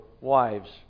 wives